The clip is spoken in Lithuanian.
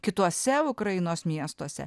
kituose ukrainos miestuose